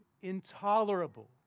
intolerable